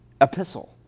epistle